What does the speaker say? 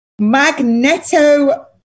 magneto